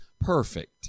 perfect